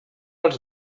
als